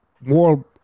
more